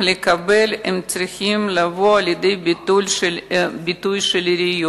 לקבל צריכות לבוא לידי ביטוי בעיריות,